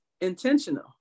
Intentional